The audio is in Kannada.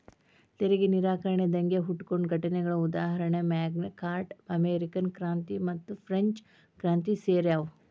ತೆರಿಗೆ ನಿರಾಕರಣೆ ದಂಗೆ ಹುಟ್ಕೊಂಡ ಘಟನೆಗಳ ಉದಾಹರಣಿ ಮ್ಯಾಗ್ನಾ ಕಾರ್ಟಾ ಅಮೇರಿಕನ್ ಕ್ರಾಂತಿ ಮತ್ತುಫ್ರೆಂಚ್ ಕ್ರಾಂತಿ ಸೇರ್ಯಾವ